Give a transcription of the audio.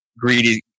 greedy